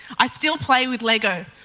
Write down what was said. i still play with lego,